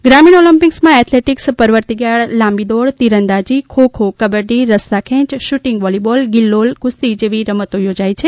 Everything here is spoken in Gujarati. ગ્રામીણ ઓલમ્પિક્સમાં એથ્લેટિક્સપર્વતિયાળ લાંબી દોડ તિરંદાજી ખો ખો કબડ્ડી રસ્સામેંચ શુટીંગ વોલીબોલ ગિલ્લોલ કુસ્તી જેવી રમતો યોજાય છે